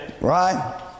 Right